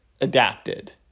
adapted